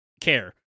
care